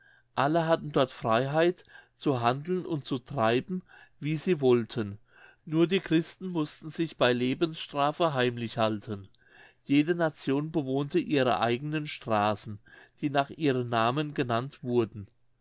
alle hatten dort freiheit zu handeln und zu treiben wie sie wollten nur die christen mußten sich bei lebensstrafe heimlich halten jede nation bewohnte ihre eigenen straßen die nach ihren namen genannt wurden